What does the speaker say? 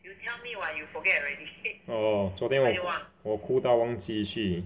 orh 昨天我我哭到忘记去